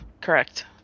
correct